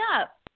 up